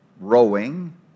rowing